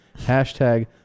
Hashtag